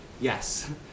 Yes